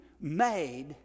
made